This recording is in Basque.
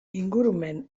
ingurumen